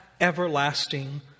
everlasting